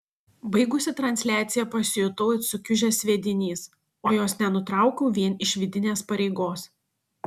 baigusi transliaciją pasijutau it sukiužęs sviedinys o jos nenutraukiau vien iš vidinės pareigos